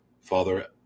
Father